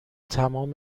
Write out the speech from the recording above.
تمام